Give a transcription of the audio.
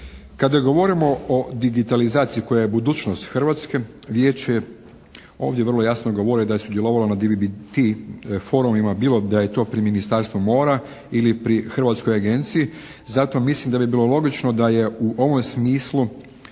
Kada govorimo o digitalizaciji koja je budućnost Hrvatske Vijeće ovdje vrlo jasno govori da je sudjelovalo na … /Govornik se ne razumije./ forumima bilo da je to pri Ministarstvu mora ili pri Hrvatskoj agenciji. Zato mislim da bi bilo logično da je u ovom smislu